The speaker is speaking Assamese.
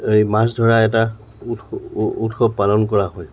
এই মাছ ধৰা এটা উৎস উৎসৱ পালন কৰা হয়